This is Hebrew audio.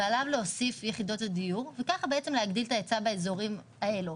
להוסיף עליו יחידות דיור וכך להגדיל את ההיצע באזורים האלו.